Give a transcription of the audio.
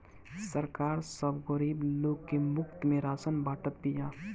सरकार सब गरीब लोग के मुफ्त में राशन बांटत बिया